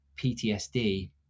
PTSD